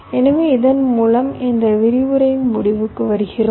எனவே இதன் மூலம் இந்த விரிவுரையின் முடிவுக்கு வருகிறோம்